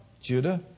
Judah